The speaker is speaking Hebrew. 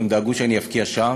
הם דאגו שאני אבקיע שער.